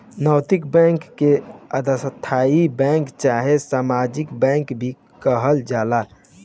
नैतिक बैंक के स्थायी बैंक चाहे सामाजिक बैंक भी कहल जाला